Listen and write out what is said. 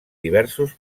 diversos